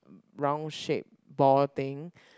brown shape ball thing